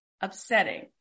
upsetting